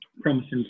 promising